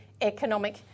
economic